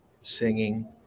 singing